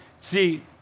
See